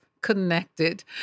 connected